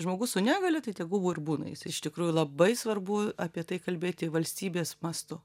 žmogus su negalia tai tegul ir būna iš tikrųjų labai svarbu apie tai kalbėti valstybės mastu